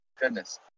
goodness